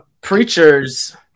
Preachers